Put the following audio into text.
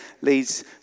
leads